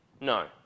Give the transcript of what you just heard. no